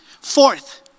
fourth